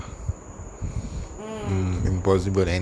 mm